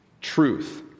truth